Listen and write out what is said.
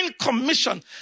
commission